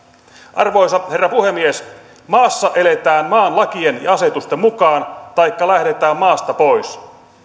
arvoisa herra puhemies maassa eletään maan lakien ja asetusten mukaan taikka lähdetään maasta pois